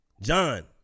John